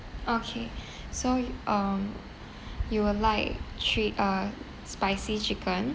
okay so um you will like three uh spicy chicken